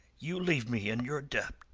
you leave me in your debt.